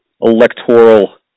electoral